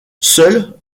seules